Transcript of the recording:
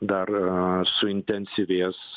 dar suintensyvės